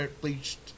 bleached